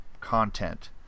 content